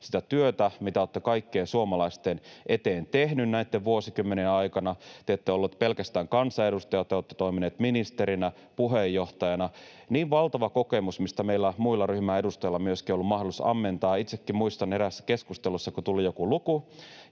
sitä työtä, mitä olette kaikkien suomalaisten eteen tehnyt näitten vuosikymmenien aikana. Te ette ole ollut pelkästään kansanedustaja, te olette toiminut ministerinä, puheenjohtajana — niin valtava kokemus, mistä meillä muilla ryhmän edustajilla myöskin ollut mahdollisuus ammentaa. Itsekin muistan, että eräässä keskustelussa kun tuli joku luku